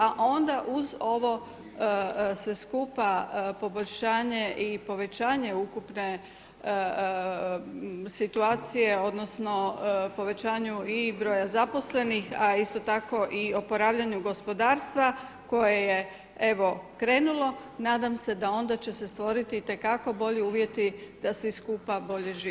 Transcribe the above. A onda uz ovo sve skupa poboljšanje i povećanje ukupne situacije, odnosno povećanju i broja zaposlenih, a isto tako i oporavljanju gospodarstva koje je evo krenulo nadam se da onda će se stvoriti itekako bolji uvjeti da svi skupa bolje živimo.